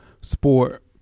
sport